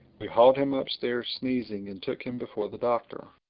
we hauled him upstairs sneezing and took him before the doctor.